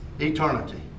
Eternity